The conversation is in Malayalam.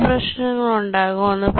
രണ്ടു പ്രശ്നങ്ങൾ ഉണ്ടാകാം